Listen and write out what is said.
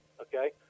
okay